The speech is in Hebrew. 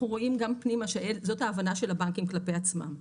רואים גם פנימה שזאת ההבנה של הבנקים כלפי עצמם.